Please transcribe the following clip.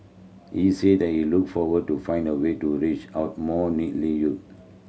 he said that he look forward to find a way to reach out more youths